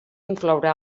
incloure